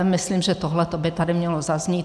Myslím, že tohle by tady mělo zaznít.